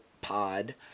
Pod